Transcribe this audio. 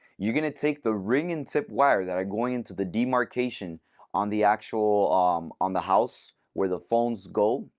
you're going to take the ring and tip wire that are going into the demarcation on the actual um on the house where the phones go,